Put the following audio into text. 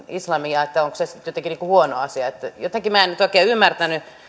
islamia vastaan onko se sitten jotenkin huono asia jotenkin minä en nyt oikein ymmärtänyt